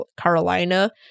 Carolina